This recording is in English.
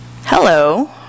Hello